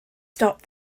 stop